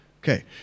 Okay